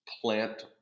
plant